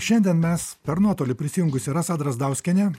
šiandien mes per nuotolį prisijungusi rasa drazdauskienė